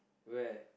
where